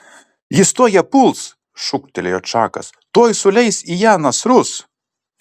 jis tuoj ją puls šūktelėjo čakas tuoj suleis į ją nasrus